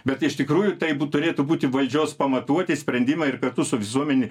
bet iš tikrųjų tai turėtų būti valdžios pamatuoti sprendimai ir kartu su visuomene